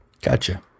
Gotcha